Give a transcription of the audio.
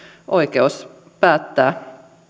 oikeus päättää